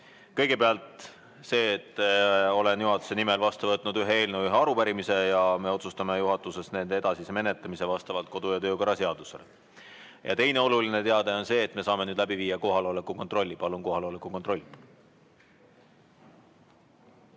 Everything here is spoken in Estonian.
Kõigepealt see, et olen juhatuse nimel vastu võtnud ühe eelnõu ja ühe arupärimise ning me otsustame juhatuses nende edasise menetlemise vastavalt kodu- ja töökorra seadusele. Teine oluline teade on see, et me saame nüüd läbi viia kohaloleku kontrolli. Palun kohaloleku kontroll!